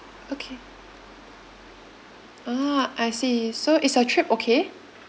okay ah I see so is your trip okay